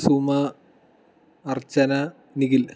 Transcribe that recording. Suma Archana Nikhil